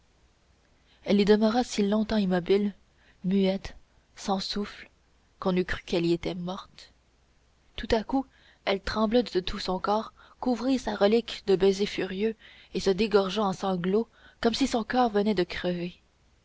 elle y demeura si longtemps immobile muette sans souffle qu'on crut qu'elle y était morte tout à coup elle trembla de tout son corps couvrit sa relique de baisers furieux et se dégorgea en sanglots comme si son coeur venait de crever